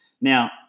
Now